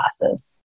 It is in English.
classes